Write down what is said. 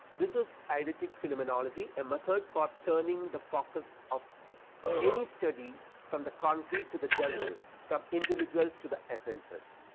this is eidetic phenomenology a method for turning the focus of any study from the concrete to the general from individuals to the essences,